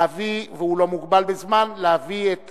והוא לא מוגבל בזמן, להביא את